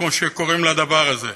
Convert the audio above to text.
כמו שקוראים לדבר הזה,